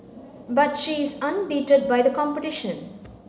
but she is undeterred by the competition